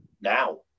now